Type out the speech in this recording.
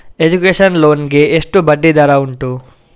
Education loan ಗೆ ಎಷ್ಟು ಬಡ್ಡಿ ದರ ಉಂಟು?